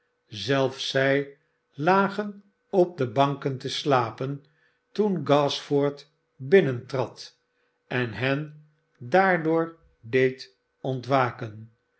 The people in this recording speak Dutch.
zelfs zij lagen op de banken te slapen toen gashford binnentrad en hen daardoor deed ontwaken